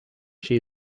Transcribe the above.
she